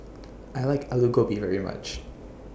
I like Aloo Gobi very much